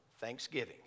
Thanksgiving